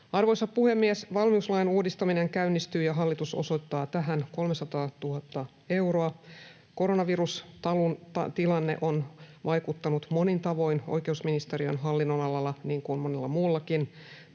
Arvoisa puhemies! Valmiuslain uudistaminen käynnistyy, ja hallitus osoittaa tähän 300 000 euroa. Koronavirustilanne on vaikuttanut monin tavoin oikeusministeriön hallinnonalalla, niin kuin monella muullakin.